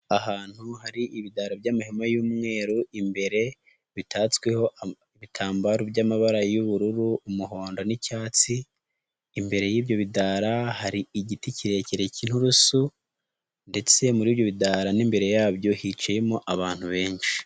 Ahantu hari ibiraro by'amahema y'umweru imbere bitatsweho ibitambaro by'amabara y'ubururu umuhondo n'icyatsi, imbere y'ibyo bidara hari igiti kirekire cy'inturusu ndetse muri ibyo bidara n'imbere yabyo hicayemo abantu benshi.